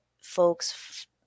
folks